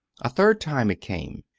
a third time it came,